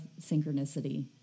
synchronicity